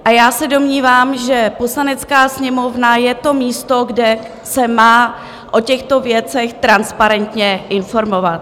A já se domnívám, že Poslanecká sněmovna je to místo, kde se má o těchto věcech transparentně informovat.